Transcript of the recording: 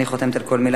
אני חותמת על כל מלה.